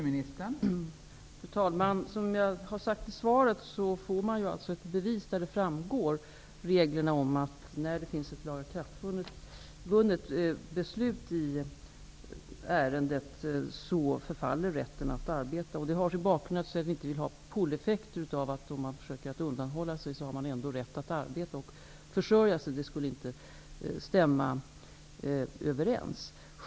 Fru talman! Som jag sade i svaret får man en handling av vilken det framgår att när det finns ett lagakraftvunnet beslut i ärendet förfaller rätten att arbeta. Bakgrunden är att vi inte vill få följdeffekten att personer som kanske försöker undanhålla sig ändå har rätt att arbeta och försörja sig. Det skulle inte stämma överens.